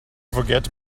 forget